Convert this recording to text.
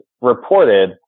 reported